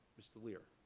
mr. leer.